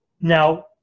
Now